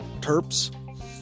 Terps